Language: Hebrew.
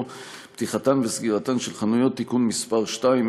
(פתיחתן וסגירתן של חנויות) (תיקון מס' 2),